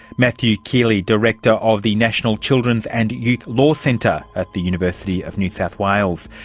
matthew keeley, director of the national children's and youth law centre at the university of new south wales.